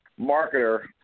marketer